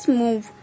move